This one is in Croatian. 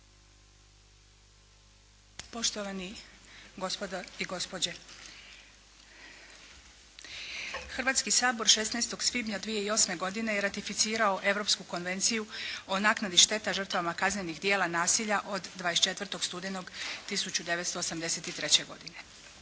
Poštovani gospodo i gospođe. Hrvatski sabor 16. svibnja 2008. godine je ratificirao Europsku konvenciju o naknadi šteta žrtvama kaznenih djela nasilja od 24. studenoga 1983. godine.